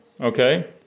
okay